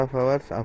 hours